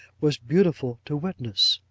was beautiful to witness.